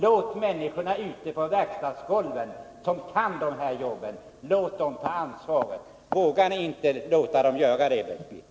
Låt människorna ute på verkstadsgolvet, som känner till de här jobben, ta ansvaret. Vågar ni inte låta dem göra det, Bengt Wittbom?